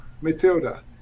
Matilda